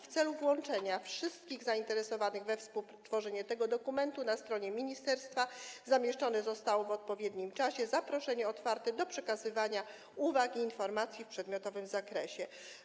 W celu włączenia wszystkich zainteresowanych we współtworzenie tego dokumentu na stronie ministerstwa zamieszczone zostało w odpowiednim czasie otwarte zaproszenie do przekazywania uwag i informacji w przedmiotowym zakresie.